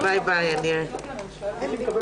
יהיה דבר שנשקול